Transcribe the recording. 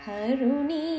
Haruni